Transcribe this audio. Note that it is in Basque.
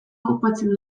aupatzen